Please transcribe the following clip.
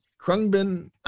Krungbin